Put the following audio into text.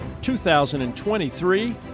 2023